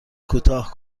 کوتاه